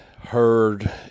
heard